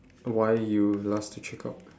why you last to check out